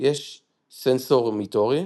יש סנסורימוטורי,